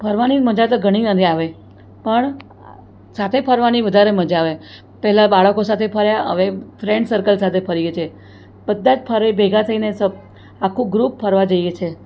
ફરવાની મજા તો ઘણી બધી આવે પણ સાથે ફરવાની વધારે મજા આવે પહેલા બાળકો સાથે ફર્યા હવે ફ્રેન્ડ સર્કલ સાથે ફરીએ છીએ બધા જ ફરે ભેગા થઈને સૌ આખું ગ્રુપ ફરવા જઈએ છીએ